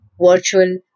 virtual